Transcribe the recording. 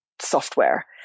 software